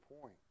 point